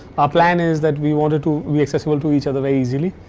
our plan is that we wanted to be accessible to each other very easily.